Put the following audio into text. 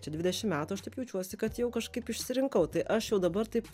čia dvidešim metų aš taip jaučiuosi kad jau kažkaip išsirinkau tai aš jau dabar taip